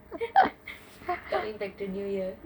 coming back to new year